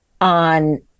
on